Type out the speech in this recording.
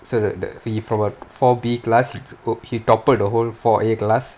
so the the he from a four B class he oh he toppled the whole four A class